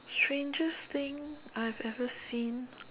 strangest thing I've ever seen